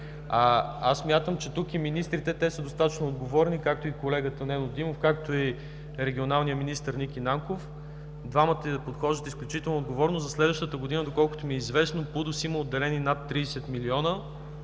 Смятам, че и министрите тук са достатъчно отговорни – и колегата Нено Димов, и регионалният министър Николай Нанков. Двамата да подхождат изключително отговорно – за следващата година, доколкото ми е известно, ПУДООС има отделени над 30 милиона